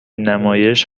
نمایش